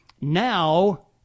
Now